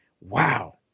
wow